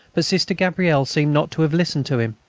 but sister gabrielle seemed not to have listened to him.